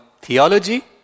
theology